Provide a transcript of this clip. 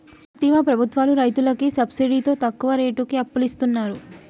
సూత్తివా ప్రభుత్వాలు రైతులకి సబ్సిడితో తక్కువ రేటుకి అప్పులిస్తున్నరు